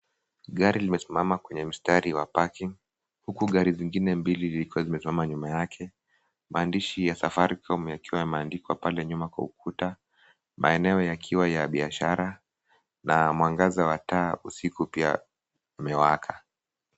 Gari lime simama kwenye mstari wa paking . Huku gari zingine mbili viko zimesimama nyuma yake. Maandishi ya safaricom pia yakiwa yamaandikwa pale nyuma kwa ukuta. Maeneo yakiwa ya biashara na mwangaza wa taa usiku pia umewaka.